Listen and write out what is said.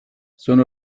sono